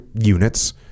units